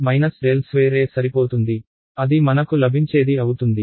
E ∇2E సరిపోతుంది అది మనకు లభించేది అవుతుంది